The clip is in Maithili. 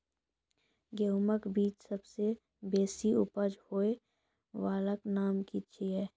गेहूँमक बीज सबसे बेसी उपज होय वालाक नाम की छियै?